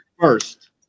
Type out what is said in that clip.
first